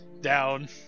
down